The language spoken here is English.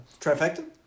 Trifecta